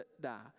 die